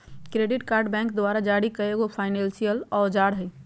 credit card bank द्वारा जारी करल एगो फायनेंसियल औजार हइ